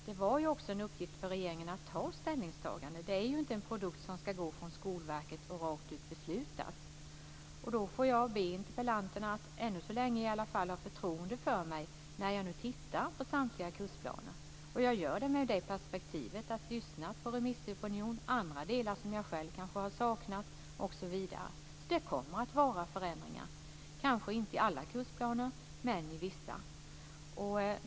Det var ju också en uppgift för regeringen att göra ett ställningstagande; det är ju inte en produkt som ska gå från Skolverket och som rakt ut ska beslutas. Då får jag be interpellanterna att ännu så länge ha förtroende för mig när jag nu tittar på samtliga kursplaner. Jag gör det med det perspektivet att lyssna på remissopinionen, andra delar som jag själv kanske har saknat, osv. Det kommer att vara förändringar, kanske inte i alla kursplaner men i vissa.